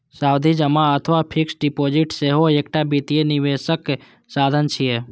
सावधि जमा अथवा फिक्स्ड डिपोजिट सेहो एकटा वित्तीय निवेशक साधन छियै